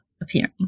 appearing